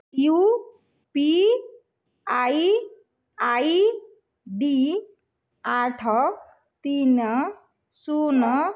UPI ID ଆଠ ତିନି ଶୂନ